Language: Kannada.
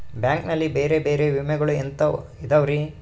ಬ್ಯಾಂಕ್ ನಲ್ಲಿ ಬೇರೆ ಬೇರೆ ವಿಮೆಗಳು ಎಂತವ್ ಇದವ್ರಿ?